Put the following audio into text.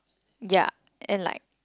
ya and like